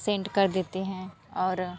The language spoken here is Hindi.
सेंड कर देते हैं और